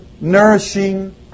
nourishing